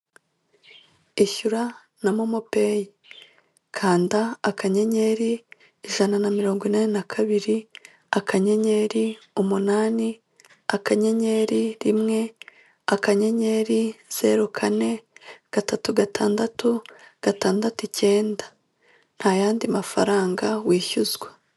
Ishyura na momo peyi kanda akanyenyeri ijana na mirongo inani na kabiri, akanyenyeri umunani, akanyenyeri rimwe, akanyenyeri zeru kane, gatatu gatandatu gatandatu icyenda, nta yandi mafaranga wishyuzwa.